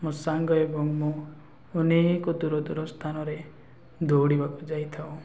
ମୋ ସାଙ୍ଗ ଏବଂ ମୁଁ ଅନେକ ଦୂର ଦୂର ସ୍ଥାନରେ ଦୌଡ଼ିବାକୁ ଯାଇଥାଉ